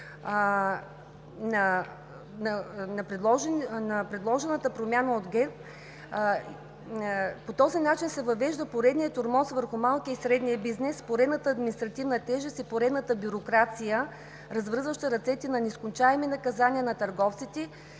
с предложената промяна от ГЕРБ се въвежда поредния тормоз върху малкия и средния бизнес, поредната административна тежест и поредната бюрокрация, развързваща ръцете за нескончаеми наказания на търговците